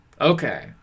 Okay